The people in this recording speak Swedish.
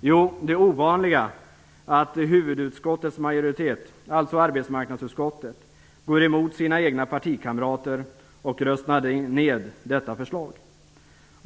Jo, det ovanliga händer att huvudutskottets, alltså arbetsmarknadsutskottets, majoritet går emot sina egna partikamrater och röstar ned detta förslag.